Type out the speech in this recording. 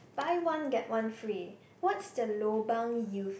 buy one get one free what's the lobang you